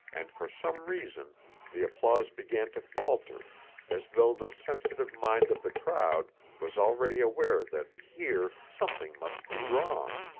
and for some reason the applause began to falter as though the sensitive mind of the crowd was already aware that here something must be wrong.